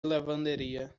lavanderia